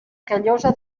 callosa